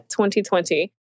2020